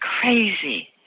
crazy